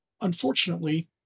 Unfortunately